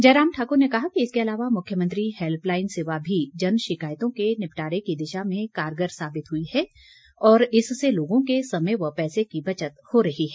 जयराम ठाकुर ने कहा कि इसके अलावा मुख्यमंत्री हैल्पलाईन सेवा भी जनशिकायतों के निपटारे की दिशा में कारगर साबित हुई है और इससे लोगों के समय व पैसे की बचत हो रही है